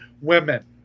women